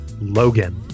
Logan